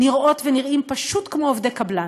נראות ונראים פשוט כמו עובדי קבלן,